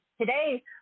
today